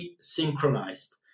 synchronized